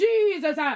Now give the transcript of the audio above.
Jesus